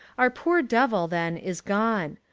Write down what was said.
our poor devil then is gone.